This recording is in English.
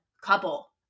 couple